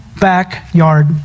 backyard